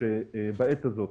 שבעת הזאת